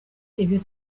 ibyo